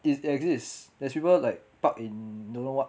it exists there's people like park in don't know what